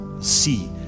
See